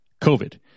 COVID